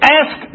ask